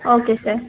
okay sir